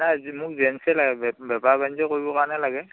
নাই মোক জেন্সে লাগে বে বেপাৰ বাণিজ্য কৰিবৰ কাৰণেহে লাগে